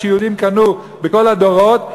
שיהודים קנו בכל הדורות,